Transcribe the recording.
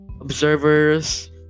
observers